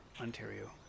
Ontario